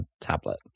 tablet